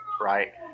right